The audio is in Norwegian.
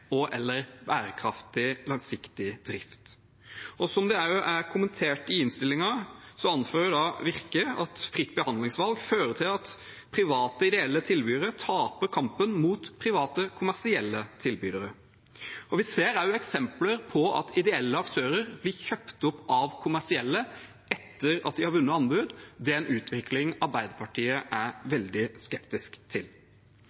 bærekraftig langsiktig drift. Som også er kommentert i innstillingen, anfører Virke at fritt behandlingsvalg fører til at private ideelle tilbydere taper kampen mot private kommersielle tilbydere. Vi ser også eksempler på at ideelle aktører blir kjøpt opp av kommersielle etter at de har vunnet anbud. Det er en utvikling Arbeiderpartiet er veldig skeptisk til.